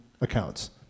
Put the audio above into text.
accounts